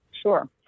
Sure